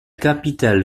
capitale